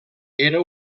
era